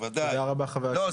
תודה רבה חבר הכנסת רז.